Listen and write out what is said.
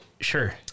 Sure